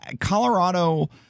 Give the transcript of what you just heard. Colorado